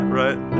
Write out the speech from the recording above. right